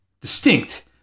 distinct